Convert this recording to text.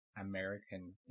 American